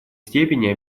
степени